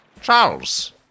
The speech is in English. Charles